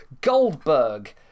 Goldberg